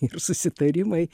ir susitarimai